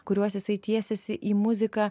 kuriuos jisai tiesiasi į muziką